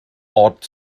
ort